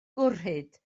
gwrhyd